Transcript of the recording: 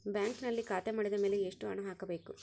ಬ್ಯಾಂಕಿನಲ್ಲಿ ಖಾತೆ ಮಾಡಿದ ಮೇಲೆ ಎಷ್ಟು ಹಣ ಹಾಕಬೇಕು?